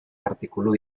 artikulu